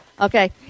Okay